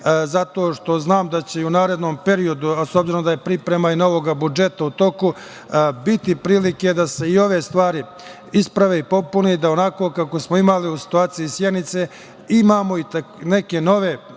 zato što znam da će i u narednom periodu, a s obzirom da je priprema i novog budžeta u toku biti prilike da se i ove stvari isprave i popune i da onako kako smo imali u situaciji Sjenice imamo i neke nove